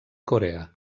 corea